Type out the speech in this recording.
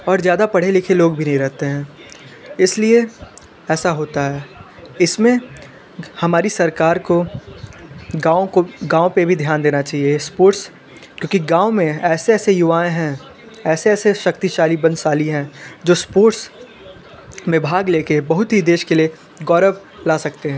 और ज़्यादा पढ़े लिखे लोग भी नहीं रहते हैं इसलिए ऐसा होता है इसमें हमारी सरकार को गाँव को गाँव पर भी ध्यान देना चाहिए स्पोर्ट्स क्योंकि गाँव में ऐसे ऐसे युवाएं हैं ऐसे ऐसे शक्तिशाली बलशाली हैं जो स्पोर्ट्स में भाग लेकर बहुत ही देश के लिए गौरव ला सकते हैं